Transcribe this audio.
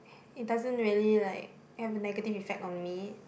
it doesn't really like have a negative effect on me